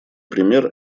пример